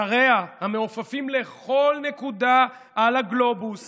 לשריה המעופפים לכל נקודה על הגלובוס